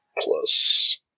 plus